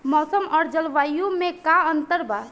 मौसम और जलवायु में का अंतर बा?